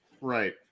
Right